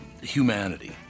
humanity